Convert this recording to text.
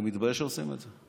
אני מתבייש שעושים את זה.